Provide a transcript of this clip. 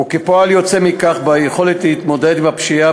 וכפועל יוצא מכך ביכולת להתמודד עם הפשיעה,